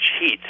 heat